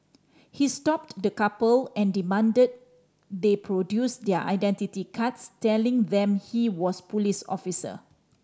he stopped the couple and demanded they produce their identity cards telling them he was police officer